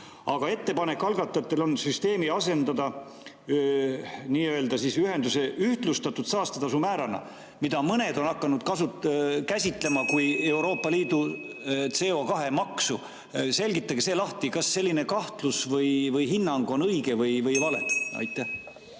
on ettepanek süsteem asendada nii-öelda ühenduse ühtlustatud saastetasumääraga, mida mõned on hakanud käsitlema kui Euroopa Liidu CO2‑maksu. Selgitage see lahti, kas selline kahtlus või hinnang on õige või vale. Aitäh!